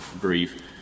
brief